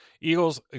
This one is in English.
Eagles